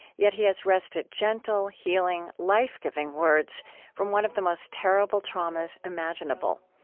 yet he has wrested gentle, healing, life-giving words from one of the most terrible traumas imaginable.